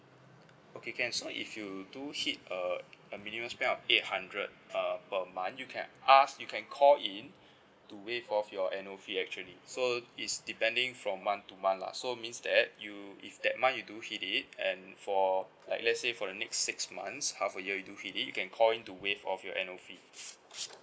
okay can so if you do hit uh the minimum spend of eight hundred uh per month you can ask you can call in to waive off your annual fee actually so it's depending from month to month lah so means that you if that month you do hit it and for like let's say for the next six months half a year you do hit it you can call in to waive off your annual fee